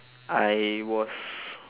I was